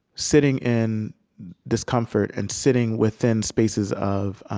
sitting in discomfort and sitting within spaces of